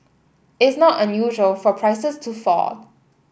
it's not unusual for prices to fall